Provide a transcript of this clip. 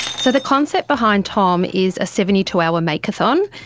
so the concept behind tom is a seventy two hour makeathon.